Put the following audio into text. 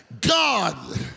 God